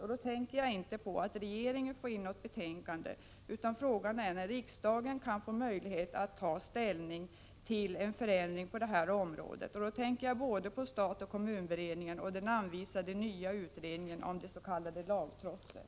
Frågan gäller inte när regeringen får in något betänkande utan när riksdagen kan få möjlighet att ta ställning till en förändring på det här området. Jag syftar då både på stat-kommun-beredningen och den nya utredningen om det s.k. lagtrotset.